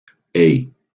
hey